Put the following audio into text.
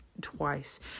twice